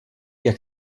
jak